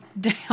down